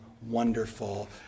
wonderful